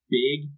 big